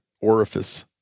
orifice